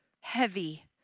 heavy